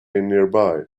nearby